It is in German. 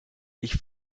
ich